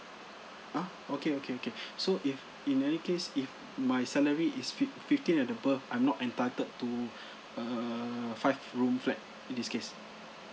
ah okay okay okay so if in any case if my salary is fifth fifteen and above I'm not entitled to a five room flat this case